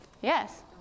Yes